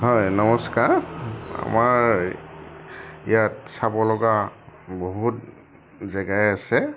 হয় নমস্কাৰ আমাৰ ইয়াত চাব লগা বহুত জেগাই আছে